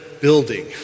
building